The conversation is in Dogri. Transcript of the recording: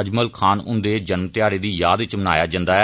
अजमल खान हुंदे जन्म ध्याड़े दी याद इच मनाया जंदा ऐ